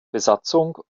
besatzung